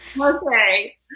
Okay